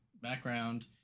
background